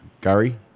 Gary